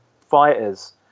fighters